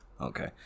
Okay